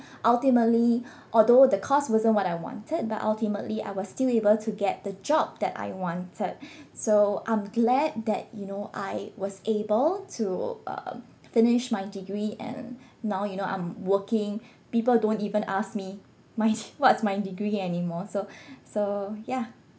ultimately although the course wasn't what I wanted but ultimately I was still able to get the job that I wanted so I'm glad that you know I was able to um finish my degree and now you know I'm working people don't even ask me my what's my degree anymore so so yeah